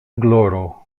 gloro